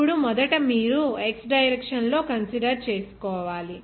ఇప్పుడు మొదట మీరు x డైరెక్షన్ లో కన్సిడర్ చేసుకోవాలి